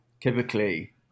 typically